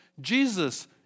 Jesus